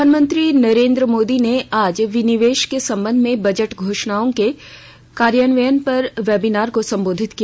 प्रधानमंत्री नरेन्द्र मोदी ने आज विनिवेश के संबंध में बजट घोषनाओं के कार्यान्वयन पर वेबिनार को सम्बोधित किया